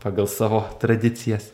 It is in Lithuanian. pagal savo tradicijas